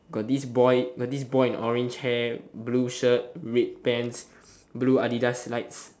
got this boy got this boy in orange hair blue shirt red pants blue Adidas slides